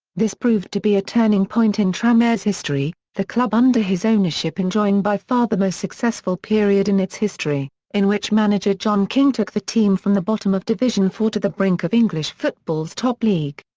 this proved to be a turning point in tranmere's history, the club under his ownership enjoying by far the most successful period in its history, in which manager john king took the team from the bottom of division four to the brink of english football's top league.